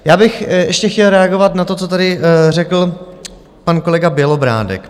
Já bych ještě chtěl reagovat na to, co tady řekl pan kolega Bělobrádek.